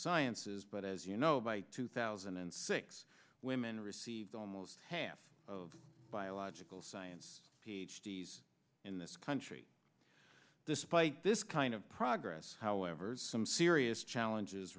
sciences but as you know by two thousand and six women received almost half of biological science ph d s in this country despite this kind of progress however some serious challenges